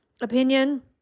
opinion